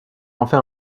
enfin